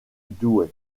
douai